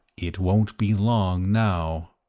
it won't be long now.